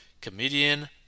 Comedian